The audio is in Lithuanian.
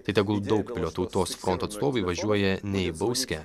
tai tegul daugpilio tautos fronto atstovai važiuoja ne į bauskę